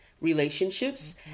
relationships